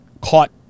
caught